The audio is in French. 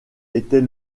était